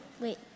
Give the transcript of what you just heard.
wait